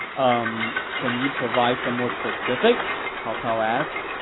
umm, can you provide some more specifics, cao cao asked.